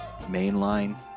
mainline